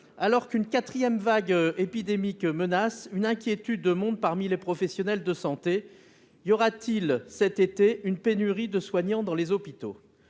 Alors qu'une quatrième vague épidémique menace, une inquiétude monte parmi les professionnels de santé : y aura-t-il cet été pénurie de soignants dans les hôpitaux ?